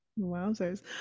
Wowzers